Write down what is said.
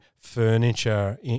furniture